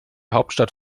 hauptstadt